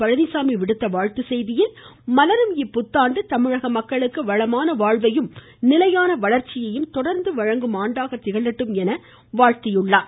பழனிசாமி விடுத்துள்ள வாழ்த்துச்செய்தியில் மலரும் இப்புத்தாண்டு தமிழக மக்களுக்கு வளமான வாழ்வையும் நிலையான வளர்ச்சியையும் தொடர்ந்து வழங்கும் ஆண்டாக திகழட்டும் என வாழ்த்தியுள்ளார்